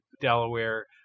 Delaware